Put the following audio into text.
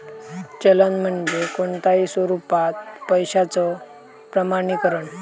चलन म्हणजे कोणताही स्वरूपात पैशाचो प्रमाणीकरण